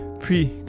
Puis